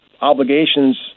obligations